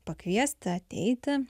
pakviesti ateiti